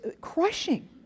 crushing